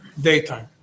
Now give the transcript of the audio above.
daytime